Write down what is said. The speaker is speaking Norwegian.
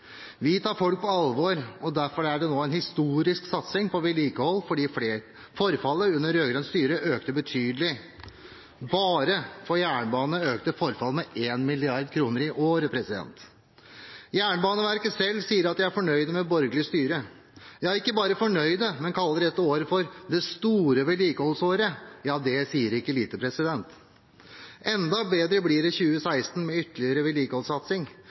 Vi tar folk på alvor, og derfor er det nå en historisk satsing på vedlikehold, fordi forfallet under rød-grønt styre økte betydelig. Bare for jernbane økte forfallet med 1 mrd. kr i året. Jernbaneverket selv sier at de er fornøyd med borgerlig styre. Ja, ikke bare fornøyd, man kaller dette året for det store vedlikeholdsåret. Det sier ikke lite. Enda bedre blir det i 2016, med ytterligere vedlikeholdssatsing,